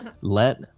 let